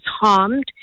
harmed